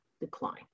decline